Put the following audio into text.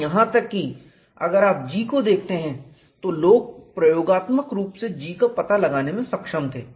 और यहां तक कि अगर आप G को देखते हैं तो लोग प्रयोगात्मक रूप से G का पता लगाने में सक्षम थे